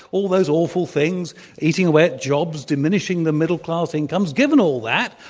all those awful things eating away at jobs, diminishing the middle class incomes, given all that,